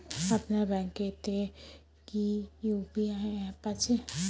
আপনার ব্যাঙ্ক এ তে কি ইউ.পি.আই অ্যাপ আছে?